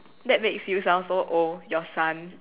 that makes you sound so old your son